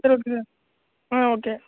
சரி okay sir ஆ okay